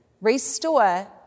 restore